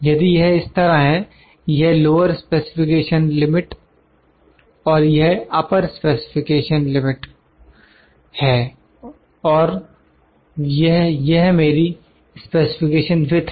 यदि यह इस तरह है यह लोअर स्पेसिफिकेशन लिमिट है और यह अपर स्पेसिफिकेशन लिमिट है और यह मेरी स्पेसिफिकेशन विथ है